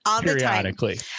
periodically